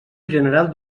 general